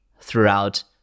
throughout